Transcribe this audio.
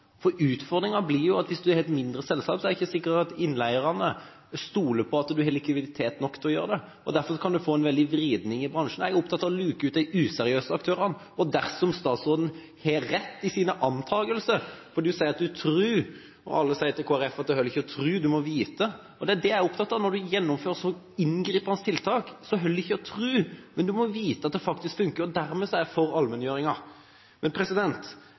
blir jo hvis du har et mindre selskap, for da er det ikke sikkert at man stoler på at du har likviditet nok til å leie inn. Derfor kan man få en veldig vridning i bransjen. Jeg er opptatt av å luke ut de useriøse aktørene. Statsråden kommer med antakelser – du sier at du «tror». Alle sier til Kristelig Folkeparti at det holder ikke å tro, du må vite. Det er det jeg er opptatt av. Når du gjennomfører et så inngripende tiltak, holder det ikke å tro, men du må vite at det faktisk fungerer. Derfor er jeg for